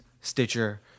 Stitcher